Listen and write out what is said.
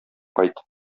кайт